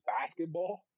basketball